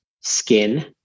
skin